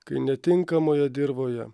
kai netinkamoje dirvoje